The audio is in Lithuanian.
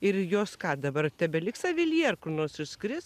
ir jos ką dabar tebeliks avilyje ar kur nors išskris